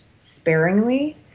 sparingly